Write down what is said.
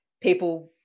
people